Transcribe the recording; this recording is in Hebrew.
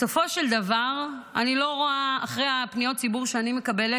בסופו של דבר אחרי פניות הציבור שאני מקבלת,